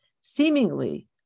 Seemingly